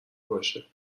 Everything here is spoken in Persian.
باشی